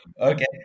Okay